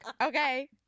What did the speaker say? Okay